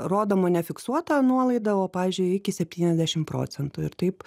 rodoma ne fiksuota nuolaida o pavyzdžiui iki septyniasdešimt procentų ir taip